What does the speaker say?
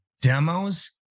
demos